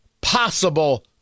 possible